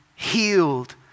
healed